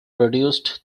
produced